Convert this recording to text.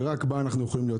שרק בה אנחנו יכולים להיות.